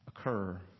occur